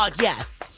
Yes